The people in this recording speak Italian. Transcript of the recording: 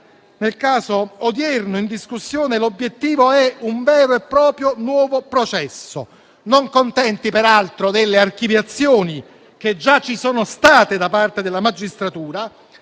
Nel caso odierno in discussione, l'obiettivo è un vero e proprio nuovo processo. Non contenti peraltro delle archiviazioni che già ci sono state da parte della magistratura,